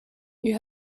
you